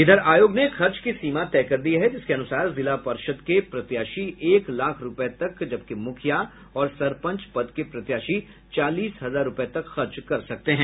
इधर आयोग ने खर्च की सीमा तय कर दी है जिसके अनुसार जिला पर्षद के प्रत्याशी एक लाख रूपये तक जबकि मुखिया और सरपंच पद के प्रत्याशी चालीस हजार रूपये तक खर्च कर सकते हैं